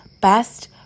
best